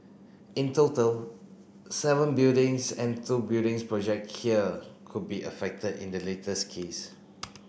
in total seven buildings and two buildings project here could be affected in the latest case